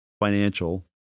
financial